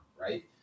right